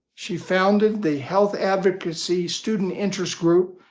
she founded the health advocacy student interest group,